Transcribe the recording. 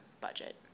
budget